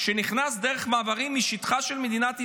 שנכנס דרך המעברים משטחה של מדינת ישראל,